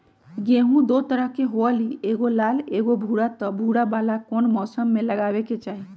गेंहू दो तरह के होअ ली एगो लाल एगो भूरा त भूरा वाला कौन मौसम मे लगाबे के चाहि?